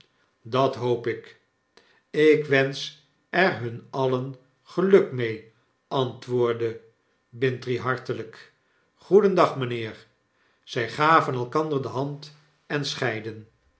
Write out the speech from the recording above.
dat hoop ik ik wensch er hun alien geluk mee antwoordde bintrey hartelyk goedendag mijnheer zy gaven elkander de hand en scheidden